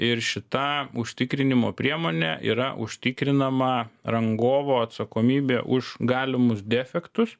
ir šita užtikrinimo priemone yra užtikrinama rangovo atsakomybė už galimus defektus